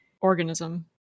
organism